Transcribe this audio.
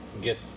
get